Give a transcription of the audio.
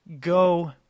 go